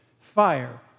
fire